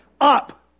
up